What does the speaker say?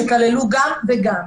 שכללו גם וגם,